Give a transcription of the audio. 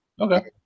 Okay